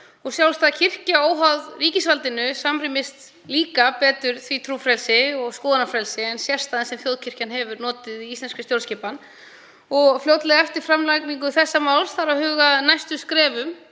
Sjálfstæð kirkja, óháð ríkisvaldinu, samrýmist líka betur trúfrelsi og skoðanafrelsi en sérstaðan sem þjóðkirkjan hefur notið í íslenskri stjórnskipan. Fljótlega eftir framlagningu málsins þarf að huga að næstu skrefum.